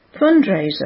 fundraiser